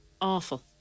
Awful